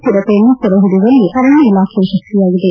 ಚಿರತೆಯನ್ನು ಸೆರೆ ಹಿಡಿಯುವಲ್ಲಿ ಅರಣ್ಣ ಇಲಾಖೆ ಯಶ್ವಿಯಾಗಿದೆ